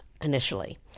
initially